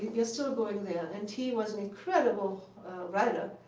we're still going there. and he was an incredible rider.